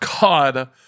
God